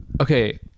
Okay